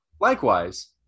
likewise